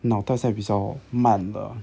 脑袋现在比较慢了